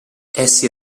essi